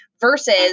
versus